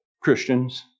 Christians